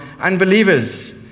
unbelievers